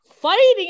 fighting